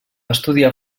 estudiar